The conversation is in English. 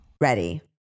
ready